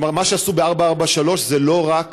כלומר, מה שעשו ב-443 זה לא רק